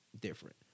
different